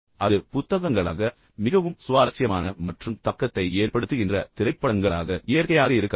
அது புத்தகங்களாக இருக்கலாம் அது மிகவும் சுவாரஸ்யமான மற்றும் தாக்கத்தை ஏற்படுத்துகின்ற திரைப்படங்களாக இருக்கலாம் அது வெறுமனே இயற்கையாக இருக்கலாம்